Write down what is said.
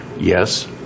Yes